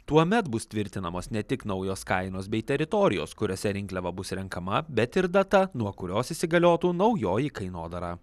tuomet bus tvirtinamas ne tik naujos kainos bei teritorijos kuriose rinkliava bus renkama bet ir data nuo kurios įsigaliotų naujoji kainodara